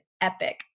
epic